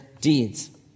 deeds